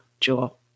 Jewel